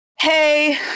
hey